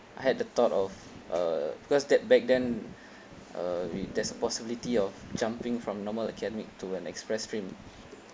I had the thought of uh because that back then uh there's a possibility of jumping from normal academic to an express stream